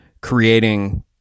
creating